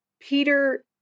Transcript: Peter